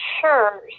Sure